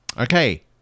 Okay